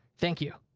thank you.